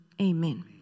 amen